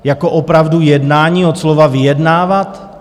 Jako opravdu jednání od slova vyjednávat?